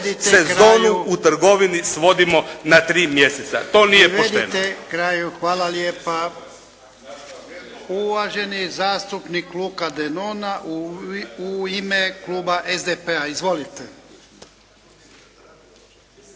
sezonu u trgovini svodimo na 3 mjeseca. To nije pošteno.